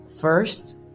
First